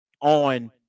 on